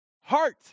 heart